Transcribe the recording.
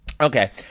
Okay